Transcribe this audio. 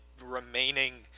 remaining